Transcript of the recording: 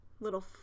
little